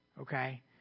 okay